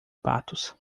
patos